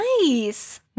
Nice